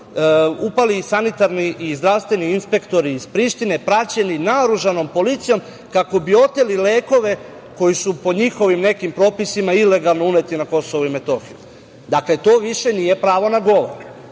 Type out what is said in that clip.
upali sanitarni i zdravstveni inspektori iz Prištine, praćeni naoružanom policijom kako bi oteli lekove koji su po njihovim nekim propisima ilegalno uneti na KiM. Dakle, to više nije pravo na bol,